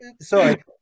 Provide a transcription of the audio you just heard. Sorry